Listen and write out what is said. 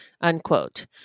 unquote